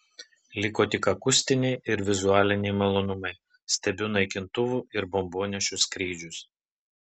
liko tik akustiniai ir vizualiniai malonumai stebiu naikintuvų ir bombonešių skrydžius